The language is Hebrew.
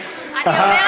אני אומרת לך,